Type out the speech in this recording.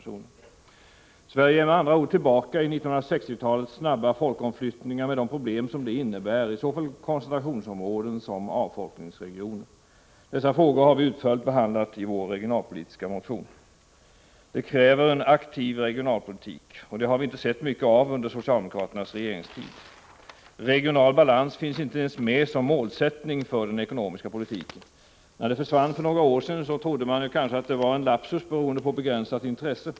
Sverige är med andra ord tillbaka i 1960-talets snabba folkomflyttningar med de problem som detta innebär i såväl koncentrationsområden som avfolkningsregioner. Dessa frågor har vi utförligt behandlat i vår regionalpolitiska motion. Det kräver en aktiv regionalpolitik, något som vi inte har sett mycket av under socialdemokraternas regeringstid. Regional balans finns inte ens med som mål för den ekonomiska politiken. När den försvann för några år sedan trodde man kanske att det var en lapsus, beroende på begränsat intresse.